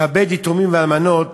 לכבד יתומים ואלמנות